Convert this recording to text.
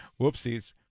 Whoopsies